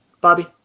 Bobby